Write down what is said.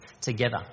together